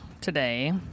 today